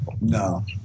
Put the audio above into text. No